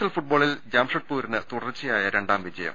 L ഫുട്ബോളിൽ ജംഷധ്പൂരിന് തുടർച്ചയായ രണ്ടാം വിജയം